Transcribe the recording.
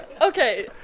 okay